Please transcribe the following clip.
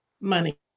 money